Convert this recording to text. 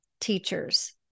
teachers